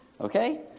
Okay